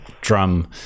drum